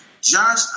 Josh